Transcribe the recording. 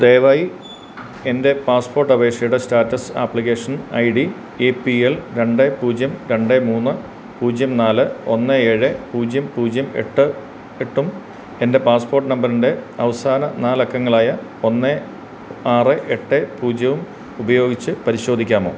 ദയവായി എൻ്റെ പാസ്പോർട്ട് അപേക്ഷയുടെ status application I D A P L രണ്ട് പൂജ്യം രണ്ട് മൂന്ന് പൂജ്യം നാല് ഒന്ന് ഏഴ് പൂജ്യം പൂജ്യം എട്ട് എട്ടും എൻ്റെ പാസ്പോർട്ട് നമ്പറിൻ്റെ അവസാന നാലക്കങ്ങളായ ഒന്ന് ആറ് എട്ട് പൂജ്യവും ഉപയോഗിച്ച് പരിശോധിക്കാമോ